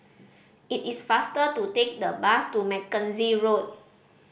it is faster to take the bus to Mackenzie Road